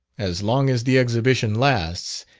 as long as the exhibition lasts,